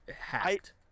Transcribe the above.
hacked